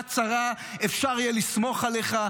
שבשעת צרה אפשר יהיה לסמוך עליך,